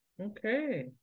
Okay